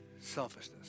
Selfishness